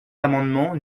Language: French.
l’amendement